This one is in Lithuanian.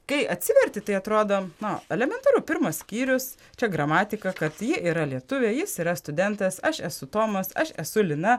kai atsiverti tai atrodo na elementaru pirmas skyrius čia gramatika kad ji yra lietuvė jis yra studentas aš esu tomas aš esu lina